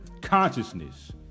consciousness